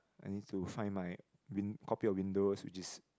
I need to find my copy of windows which is